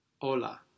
hola